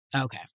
okay